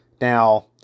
Now